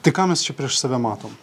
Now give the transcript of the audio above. tai ką mes čia prieš save matom